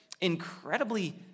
incredibly